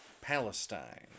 Palestine